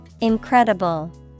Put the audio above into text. Incredible